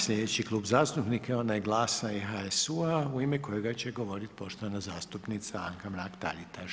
Sljedeći klub zastupnika je onaj GLAS-a i HSU-a u ime kojega će govorit poštovana zastupnica Anka Mrak Taritaš.